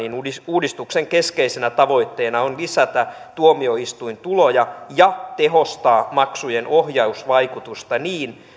uudistuksen keskeisenä tavoitteena on lisätä tuomioistuintuloja ja tehostaa maksujen ohjausvaikutusta niin